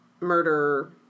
murder